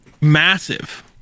massive